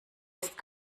ist